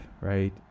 right